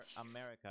america